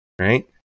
Right